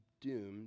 doomed